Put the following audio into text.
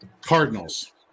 Cardinals